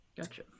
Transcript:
Gotcha